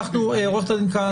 עורכת הדין כהנא דרור,